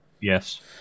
yes